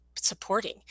supporting